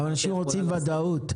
אנשים רוצים וודאות.